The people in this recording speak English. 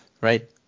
right